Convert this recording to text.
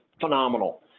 phenomenal